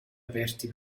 aperti